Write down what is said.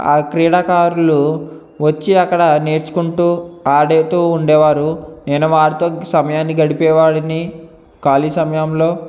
ఆ క్రీడాకారులు వచ్చి అక్కడ నేర్చుకుంటూ ఆడుతూ ఉండేవారు నేను వారితో సమయాన్ని గడిపే వాడిని ఖాళీ సమయంలో